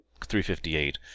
358